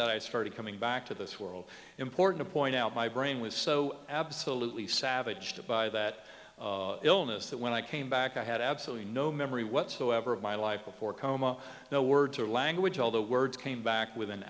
that i started coming back to this world important to point out my brain was so absolutely savaged by that illness that when i came back i had absolutely no memory whatsoever of my life before coma no words or language all the words came back within